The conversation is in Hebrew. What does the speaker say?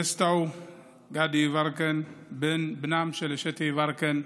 דסטה גדי יברקן, בנם של אשטיה יברקן,